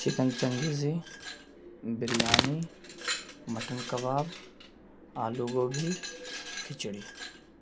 chicken changezi biryani mutton کباب آلو گوبھی کھچڑی